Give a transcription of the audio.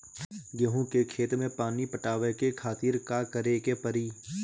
गेहूँ के खेत मे पानी पटावे के खातीर का करे के परी?